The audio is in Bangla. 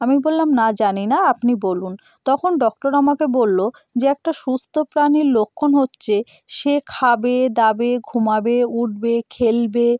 আমি বললাম না জানি না আপনি বলুন তখন ডক্টর আমাকে বললো যে একটা সুস্থ প্রাণীর লক্ষণ হচ্ছে সে খাবে দাবে ঘুমাবে উঠবে খেলবে